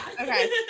okay